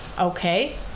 Okay